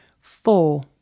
Four